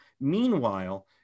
Meanwhile